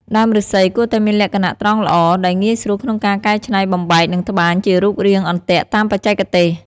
ដើមឫស្សីគួរតែមានលក្ខណៈត្រង់ល្អ ដែលងាយស្រួលក្នុងការកែច្នៃបំបែក និងត្បាញជារូបរាងអន្ទាក់តាមបច្ចេកទេស។